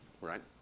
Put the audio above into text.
Right